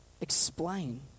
explain